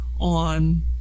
on